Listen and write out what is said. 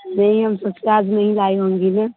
नहीं हम सोचे कि आज नहीं लाई होगी न